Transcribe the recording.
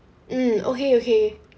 mm okay okay